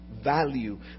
value